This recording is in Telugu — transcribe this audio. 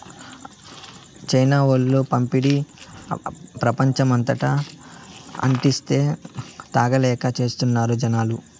చైనా వోల్లు పండించి, ప్రపంచమంతటా అంటిస్తే, తాగలేక చస్తున్నారు జనాలు